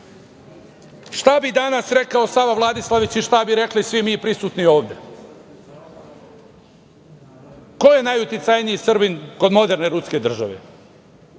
bi danas rekao Sava Vladislavić i šta bi rekli svi mi prisutni ovde? Ko je najuticajniji Srbin kod moderne ruske države?